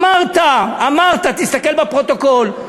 אמרת, אמרת, תסתכל בפרוטוקול.